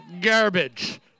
Garbage